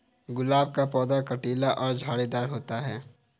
गुलाब का पौधा कटीला और झाड़ीदार होता है